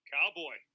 Cowboy